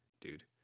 dude